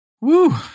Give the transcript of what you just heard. woo